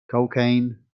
cocaine